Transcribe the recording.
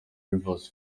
rivers